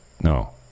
No